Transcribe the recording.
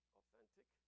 authentic